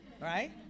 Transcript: right